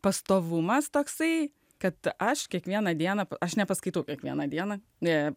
pastovumas toksai kad aš kiekvieną dieną aš ne paskaitų kiekvieną dieną ne